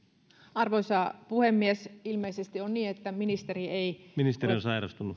arvoisa puhemies ilmeisesti on niin että ministeri